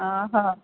ହଁ ହଁ